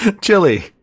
Chili